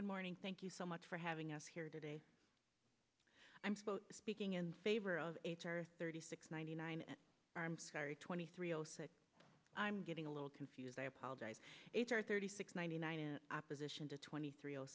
good morning thank you so much for having us here today i'm speaking in favor of h r thirty six ninety nine and i'm sorry twenty three i'm getting a little confused i apologize if there are thirty six ninety nine in opposition to twenty three o